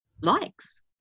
likes